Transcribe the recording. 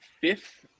fifth